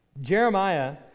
Jeremiah